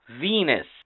Venus